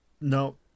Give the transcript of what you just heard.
No